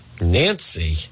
Nancy